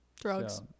Drugs